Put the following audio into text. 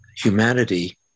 humanity